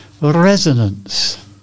Resonance